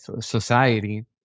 society